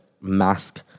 mask